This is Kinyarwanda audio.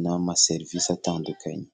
n'amaserivisi atandukanye.